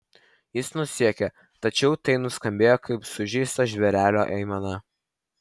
jis nusijuokė tačiau tai nuskambėjo kaip sužeisto žvėrelio aimana